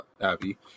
Abby